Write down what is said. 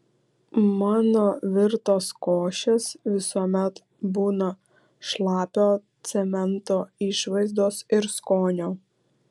mano virtos košės visuomet būna šlapio cemento išvaizdos ir skonio